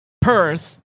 Perth